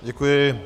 Děkuji.